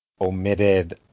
omitted